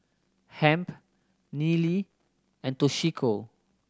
Hamp Neely and Toshiko